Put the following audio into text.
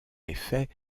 effet